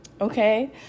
Okay